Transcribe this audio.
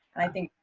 i think.